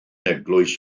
eglwys